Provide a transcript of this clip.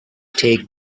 take